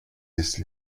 laisse